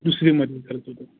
दुसरीमध्ये करायचं होतं